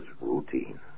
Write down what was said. routine